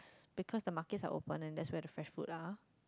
because the markets are open and there where the fresh food are